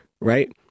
right